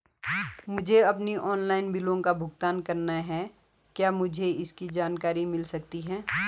मुझे अपने ऑनलाइन बिलों का भुगतान करना है क्या मुझे इसकी जानकारी मिल सकती है?